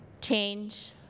change